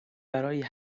برای